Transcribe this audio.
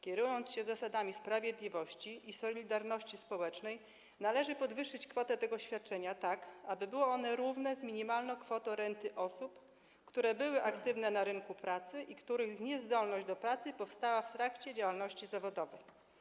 Kierując się zasadami sprawiedliwości i solidarności społecznej, należy podwyższyć kwotę tego świadczenia, tak aby było one równe minimalnej kwocie renty osób, które były aktywne na rynku pracy i których niezdolność do pracy powstała w trakcie działalności zawodowej.